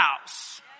house